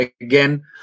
again